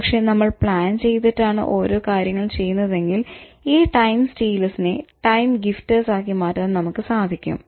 പക്ഷെ നമ്മൾ പ്ലാൻ ചെയ്തിട്ടാണ് ഓരോ കാര്യങ്ങളും ചെയ്യുന്നതെങ്കിൽ ഈ ടൈം സ്റ്റീലേഴ്സ്നെ ടൈം ഗിഫ്റ്റേഴ്സ് ആക്കി മാറ്റാൻ നമുക്ക് സാധിക്കും